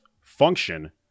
function